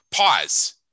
pause